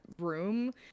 room